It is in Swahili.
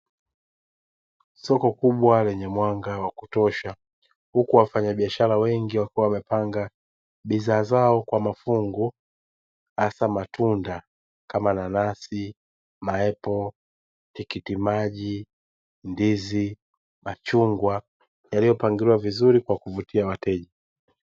Soko kubwa lenye mwanga wa kutosha, huku wafanya biashara wengi wakiwa wamepanga bidhaa zao kwa mafungu. Hasa matunda kama nanasi, maepo, tikitimaji, ndizi, machungwa, yaliyo pangiliwa vizuri kwa kuvutia wateja.